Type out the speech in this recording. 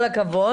כל הכבוד.